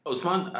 Osman